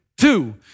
Two